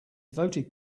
voted